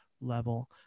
level